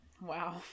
Wow